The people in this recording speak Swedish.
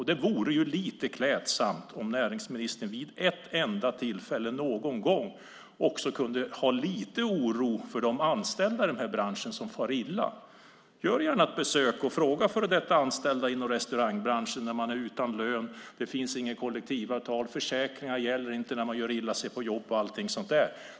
Det vore klädsamt om näringsministern vid ett enda tillfälle någon gång kunde visa lite oro för de anställda som far illa i denna bransch. Gör gärna ett besök och fråga före detta anställda inom restaurangbranschen hur det är att vara utan lön och kollektivavtal och hur det är när försäkringar inte gäller när man gör illa sig på jobbet!